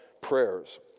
prayers